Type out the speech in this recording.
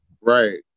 right